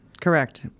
Correct